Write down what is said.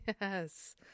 Yes